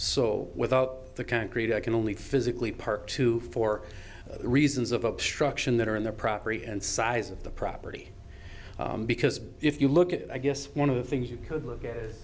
so without the concrete i can only physically park to for reasons of obstruction that are in the property and size of the property because if you look at i guess one of the things you could look at